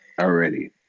Already